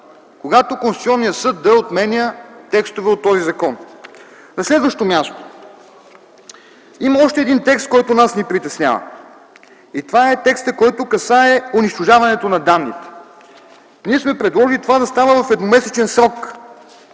когато Конституционният съд да отменя текстове от този закон. На следващо място има още един текст, който ни притеснява, и това е текстът, който касае унищожаването на данните. Ние сме предложили това да става в едномесечен срок